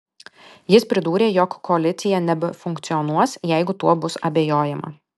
jis pridūrė jog koalicija nebefunkcionuos jeigu tuo bus abejojama